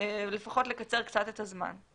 לפחות לקצר קצת את הזמן.